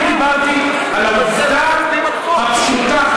אני דיברתי על העובדה הפשוטה,